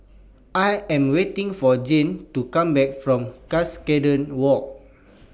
I Am waiting For Jane to Come Back from Cuscaden Walk